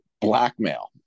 Blackmail